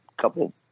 couple